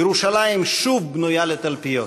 ירושלים שוב בנויה לתלפיות.